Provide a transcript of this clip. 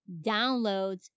downloads